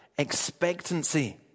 expectancy